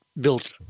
built